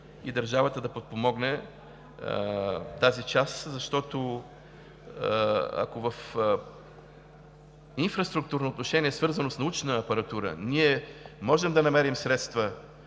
и държавата да подпомогне тази част, защото ако в инфраструктурно отношение, свързано с научна апаратура, ние можем да намерим средства